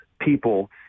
people